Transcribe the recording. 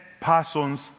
person's